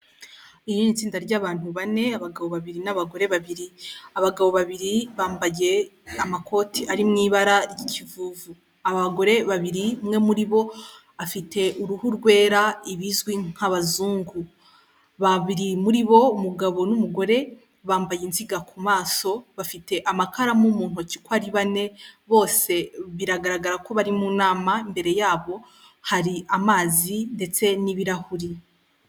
Iri ni tsinda ry'abantu bane abagabo babiri n'abagore babiri abagabo babiri bambaye amakoti ari mu ibara ry'ikivuvu, abagore babiri umwe muri bo afite uruhu rwera ibizwi nk'abazungu babiri muri bo umugabo n'umugore bambaye inziga ku maso bafite amakaramu mu ntoki uko ari bane bose biragaragara ko bari mu nama imbere yabo hari amazi ndetse n'ibirahuri.